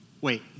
Wait